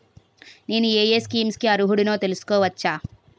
నేను యే యే స్కీమ్స్ కి అర్హుడినో తెలుసుకోవచ్చా?